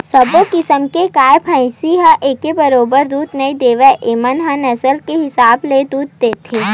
सब्बो किसम के गाय, भइसी ह एके बरोबर दूद नइ देवय एमन ह नसल के हिसाब ले दूद देथे